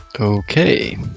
Okay